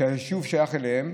שהיישוב שייך אליהם,